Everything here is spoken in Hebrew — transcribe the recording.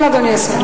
כן, אדוני השר.